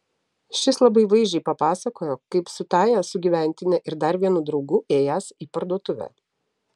šis labai vaizdžiai papasakojo kaip su tąja sugyventine ir dar vienu draugu ėjęs į parduotuvę